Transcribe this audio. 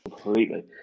Completely